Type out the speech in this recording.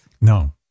No